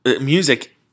music